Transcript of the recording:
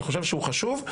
אני חושב שהוא חשוב.